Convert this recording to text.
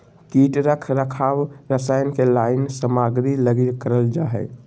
कीट रख रखाव रसायन के लाइन सामग्री लगी करल जा हइ